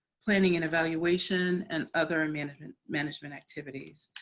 planning and evaluation and other management management activities.